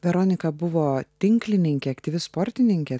veronika buvo tinklininkė aktyvi sportininkė